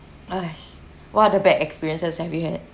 !hais! what are the bad experiences have you had